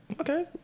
okay